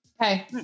Okay